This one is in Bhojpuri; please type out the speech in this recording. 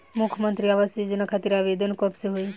मुख्यमंत्री आवास योजना खातिर आवेदन कब से होई?